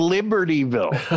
Libertyville